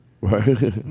Right